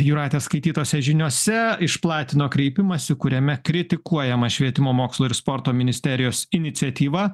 jūratės skaitytose žiniose išplatino kreipimąsi kuriame kritikuojama švietimo mokslo ir sporto ministerijos iniciatyva